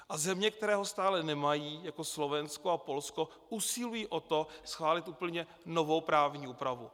A země, které ho stále nemají, jako Slovensko a Polsko, usilují o to, schválit úplně novou právní úpravu.